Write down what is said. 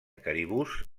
caribús